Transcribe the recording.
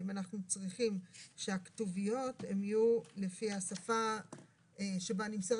אם אנחנו צריכים שהכתוביות יהיו לפי השפה שבה נמסרת